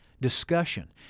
discussion